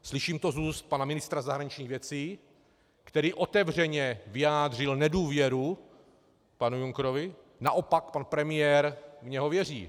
Slyším to z úst pana ministra zahraničních věcí, který otevřeně vyjádřil nedůvěru panu Junckerovi, naopak pan premiér v něho věří.